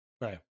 right